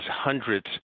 hundreds